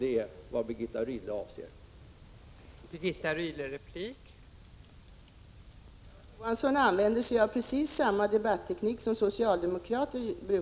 Det skulle vara intressant att få det bekräftat.